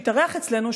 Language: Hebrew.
שהתארח אצלנו,